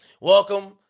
Welcome